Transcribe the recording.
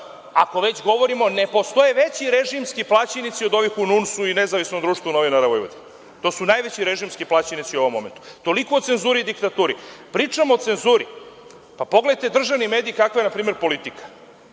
Ako već govorimo, ne postoje veći režimski plaćenici od ovih u NUNS i Nezavisnom društvu novinara Vojvodine. To su najveći režimski plaćenici u ovom momentu. Toliko o cenzuri i diktaturi. Pričamo o cenzuri, pa pogledajte državni mediji kakva je, na primer, „Politika“.